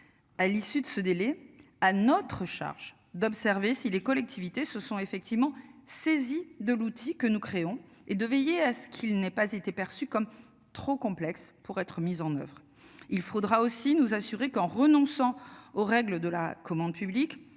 À l'issue de ce délai à notre charge d'observer si les collectivités se sont effectivement saisi de l'outil que nous créons et de veiller à ce qu'ils n'aient pas été perçu comme trop complexe pour être mise en oeuvre. Il faudra aussi nous assurer qu'en renonçant aux règles de la commande publique.